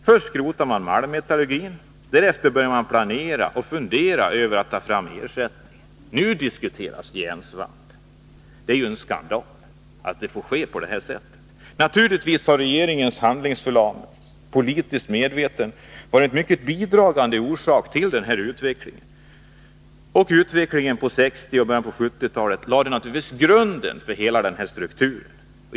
Först skrotar man malmmetallurgin, och därefter börjar man fundera över att ta fram ersättningar. Först nu diskuteras järnsvamp. Det är en skandal att det får gå till på det här sättet. Naturligtvis har regeringens politiskt medvetna handlingsförlamning varit en i hög grad bidragande orsak till denna utveckling. Förloppet under 1960-talet och i början av 1970-talet lade naturligtvis grunden för hela denna struktur.